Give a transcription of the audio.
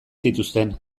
zituzten